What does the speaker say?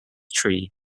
tree